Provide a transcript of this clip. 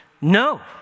no